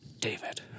David